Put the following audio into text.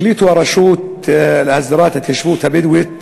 החליטו, הרשות לעזרת ההתיישבות הבדואית